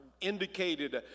indicated